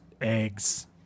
eggs